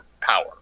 power